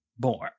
more